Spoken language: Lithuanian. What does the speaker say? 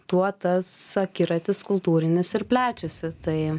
tuo tas akiratis kultūrinis ir plečiasi tai